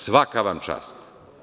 Svaka vam čast.